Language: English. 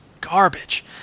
garbage